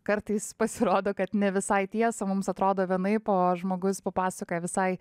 kartais pasirodo kad ne visai tiesą mums atrodo vienaip o žmogus papasakoja visai